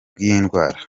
bw’indwara